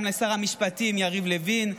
גם לשר המשפטים יריב לוין,